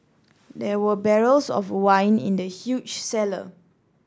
there were barrels of wine in the huge cellar